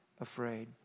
afraid